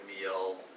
meal